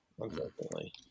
unfortunately